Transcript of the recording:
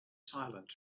silent